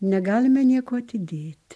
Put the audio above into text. negalime nieko atidėti